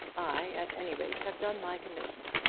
i, at any rate, have done my commission.